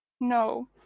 No